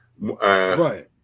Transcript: Right